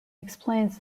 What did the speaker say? explains